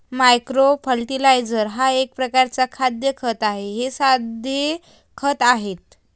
micro fertiliser हा एक प्रकारचा खाद्य खत आहे हे साधे खते आहेत